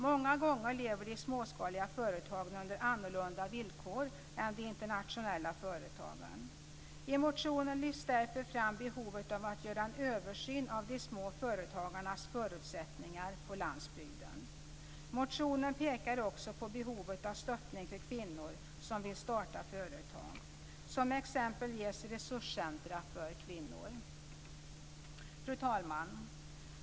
Många gånger lever de småskaliga företagen under annorlunda villkor än de internationella företagen. I motionen lyfts därför fram behovet av att göra en översyn av de små företagarnas förutsättningar på landsbygden. I motionen pekas också på behovet av stöttning för kvinnor som vill starta företag. Som exempel ges resurscentrer för kvinnor. Fru talman!